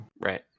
right